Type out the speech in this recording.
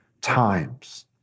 Times